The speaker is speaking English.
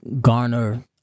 garner